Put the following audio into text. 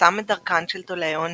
חסם את דרכן של תולעי האוניות,